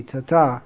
Tata